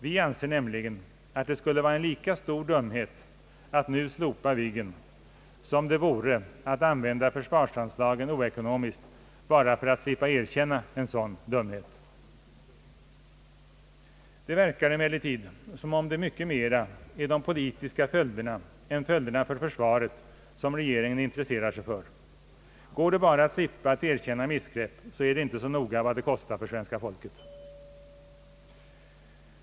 Vi anser nämligen att det skulle vara en lika stor dumhet att nu slopa Viggen som det vore att använda försvarsanslagen oekonomiskt bara för att slippa erkänna en sådan dumhet. Det verkar emellertid som om det mycket mera är de politiska följderna än följderna för försvaret som regeringen intresserar sig för. Går det bara att slippa att erkänna missgrepp är det inte så noga vad det kostar för svenska folket.